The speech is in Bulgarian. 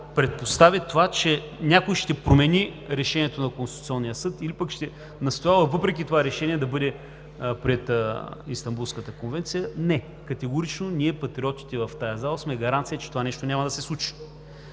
предпостави това, че някой ще промени решението на Конституционния съд или пък ще настоява, въпреки това решение, да бъде приета Истанбулската конвенция – не, категорично ние, Патриотите в тази зала, сме гаранция, че това нещо няма да се случи.